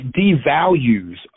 devalues